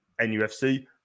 NUFC